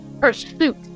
pursuit